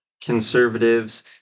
conservatives